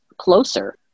closer